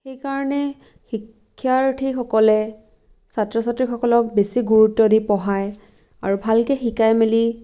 সেইকাৰণে শিক্ষাৰ্থীসকলে ছাত্ৰ ছাত্ৰীসকলক বেছি গুৰুত্ব দি পঢ়ায় আৰু ভালকে শিকাই মেলি